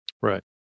Right